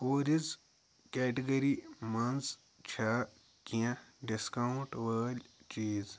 کوٗریز category مَنٛز چھا کیٚنٛہہ ڈِسکاوُنٛٹ وٲلۍ چیٖز